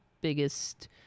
biggest